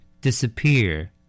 Disappear